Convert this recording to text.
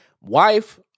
Wife